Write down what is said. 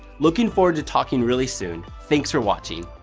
looking forward to talking really soon, thanks for watching.